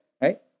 right